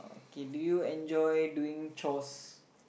K do you enjoy doing chores